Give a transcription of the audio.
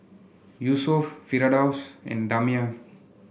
Yusuf Firdaus and Damia